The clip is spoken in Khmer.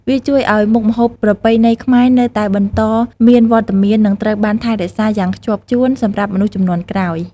វាជួយឲ្យមុខម្ហូបប្រពៃណីខ្មែរនៅតែបន្តមានវត្តមាន និងត្រូវបានថែរក្សាយ៉ាងខ្ជាប់ខ្ជួនសម្រាប់មនុស្សជំនាន់ក្រោយ។